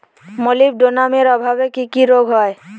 মলিবডোনামের অভাবে কি কি রোগ হয়?